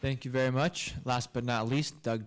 thank you very much last but not least doug